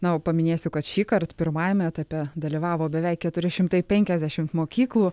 na o paminėsiu kad šįkart pirmajame etape dalyvavo beveik keturi šimtai penkiasdešim mokyklų